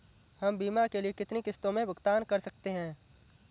हम बीमा के लिए कितनी किश्तों में भुगतान कर सकते हैं?